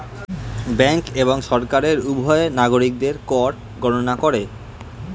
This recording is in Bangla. ব্যাঙ্ক এবং সরকার উভয়ই নাগরিকদের কর গণনা করে